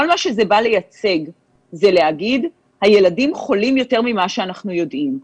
כל מה שזה בא לייצג ולהגיד זה: הילדים חולים יותר ממה שאנחנו יודעים.